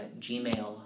Gmail